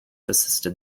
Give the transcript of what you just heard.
assisted